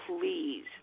please